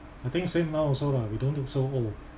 I think same now also lah we don't look so old